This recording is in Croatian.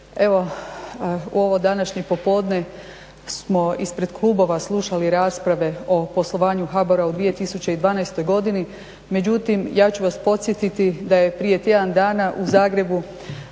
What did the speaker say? Evo u ovo današnje popodne smo ispred klubova slušali rasprave o poslovanju HBOR-a u 2012.godini, međutim ja ću vas podsjetiti da je prije tjedan dana u Zagrebu